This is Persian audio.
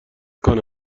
کنه